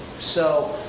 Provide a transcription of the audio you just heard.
so,